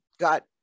got